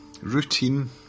routine